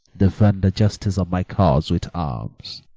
defend the justice of my cause with arms